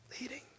leading